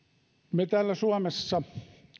me täällä suomessa